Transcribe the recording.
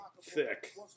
Thick